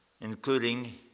including